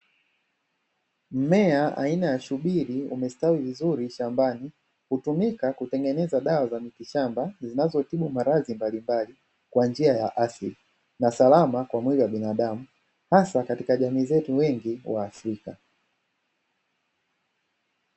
Mmea wa shubiri unestawi vizuri shambani hutumika kutengeneza dawa za mitishamba zinazotibu maradhi mbalimbali kwa njia ya asili na salama kwa mwili wa binadamu, hasa katika jamii zetu wengi waafrika.